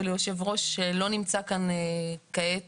וליושב-ראש שלא נמצא כאן כעת